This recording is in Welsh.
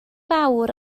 fawr